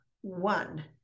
one